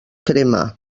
crema